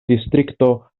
distrikto